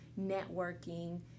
networking